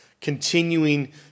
continuing